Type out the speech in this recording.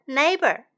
neighbor